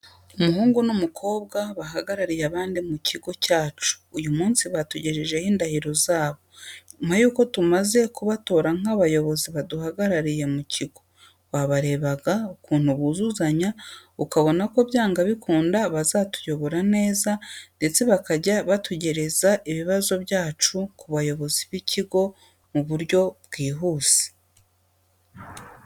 Umuhungu n'umukobwa bahagarariye abandi mu kigo cyacu, uyu munsi batugejejeho indahiro zabo nyuma yuko tumaze kubatora nk'abayobozi baduhagarariye mu kigo. Wabarebaga ukuntu buzuzanya ukabona ko byanga byakunda bazatuyobora neza ndetse bakajya batugereza ibibazo byacu ku bayobozi b'ikigo mu buryo bwihuse.